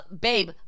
Babe